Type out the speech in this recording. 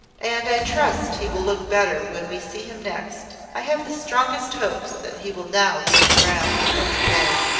and i trust he will look better when we see him next. i have the strongest hopes that he will now gain ground every day.